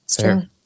Sure